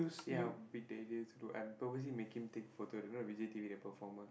see how big I'm purposely making him take photo don't know the performer